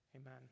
Amen